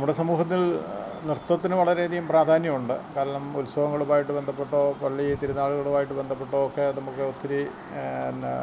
നമ്മുടെ സമൂഹത്തിൽ നൃത്തത്തിനു വളരെയധികം പ്രാധാന്യമുണ്ട് കാരണം ഉത്സവങ്ങളുമായിട്ടു ബന്ധപ്പെട്ട് പള്ളി തിരുനാളുമായി ബന്ധപ്പെട്ട് ഒക്കെ നമുക്ക് ഒത്തിരി പിന്നെ